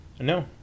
No